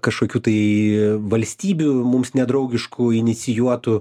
kažkokių tai valstybių mums nedraugiškų inicijuotų